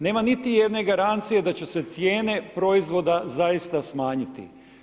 Nema niti jedne garancije da će cijene proizvoda zaista smanjiti.